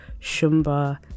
shumba